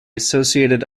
associated